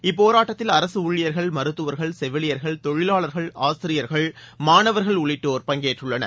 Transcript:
இப்போராட்டத்தில் அரசுணழியர்கள் மருத்துவர்கள் செவிலியர்கள் தொழிலாளர்கள் ஆசிரியர்கள் மாணவர்கள் உள்ளிட்டோர் பங்கேற்றுள்ளனர்